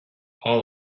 all